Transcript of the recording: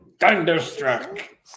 thunderstruck